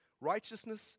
Righteousness